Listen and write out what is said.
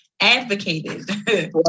advocated